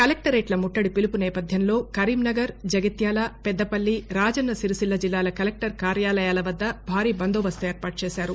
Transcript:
కలెక్టరేట్ల ముట్లడి పిలుపు నేపథ్యంలో కరీంనగర్ జగిత్యాల పెద్దపల్లి రాజన్న సిరిసిల్ల జిల్లాల కలెక్టర్ కార్యాలయాల వద్ద భారీ బందోబస్తు ఏర్పాటు చేశారు